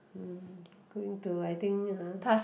hmm going to I think